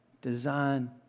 Design